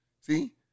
See